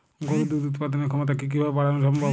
গরুর দুধ উৎপাদনের ক্ষমতা কি কি ভাবে বাড়ানো সম্ভব?